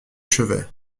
chevet